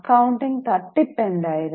accounting തട്ടിപ്പ് എന്തായിരുന്നു